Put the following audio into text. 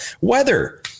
Weather